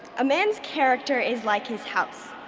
a man's character is like his house.